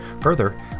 Further